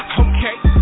okay